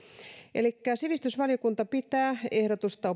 elikkä sivistysvaliokunta pitää ehdotusta